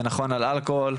זה נכון על אלכוהול,